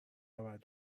بعد